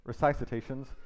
recitations